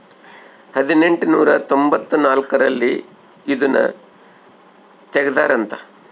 ಹದಿನೆಂಟನೂರ ತೊಂಭತ್ತ ನಾಲ್ಕ್ ರಲ್ಲಿ ಇದುನ ತೆಗ್ದಾರ ಅಂತ